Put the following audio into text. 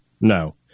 no